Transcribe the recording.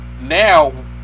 now